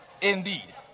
indeed